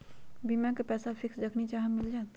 बीमा के पैसा फिक्स जखनि चाहम मिल जाएत?